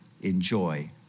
enjoy